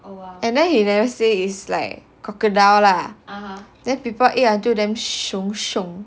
and then he never say say is like crocodile lah then people ate until damn shiok shiok